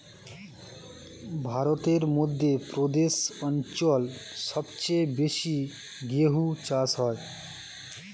ভারতের মধ্য প্রদেশ অঞ্চল সবচেয়ে বেশি গেহু চাষ হয়